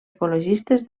ecologistes